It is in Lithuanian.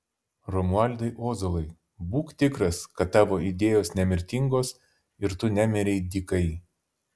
romualdai ozolai būk tikras kad tavo idėjos nemirtingos ir tu nemirei dykai